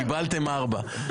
ארבע.